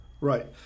Right